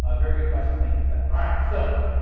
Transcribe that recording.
ah very good question. thank you for that. alright, so